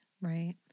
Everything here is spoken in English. Right